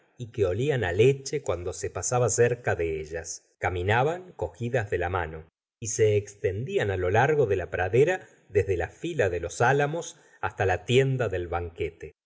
y que olían á leche cuando se pasaba cerca de ellas caminaban cogidas de la mano y se extendían á lo largo de la pradera desde la fila de los álamos hasta la tienda del banquete